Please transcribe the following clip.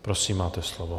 Prosím, máte slovo.